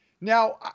Now